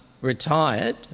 retired